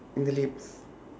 on the lips